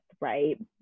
right